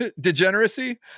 degeneracy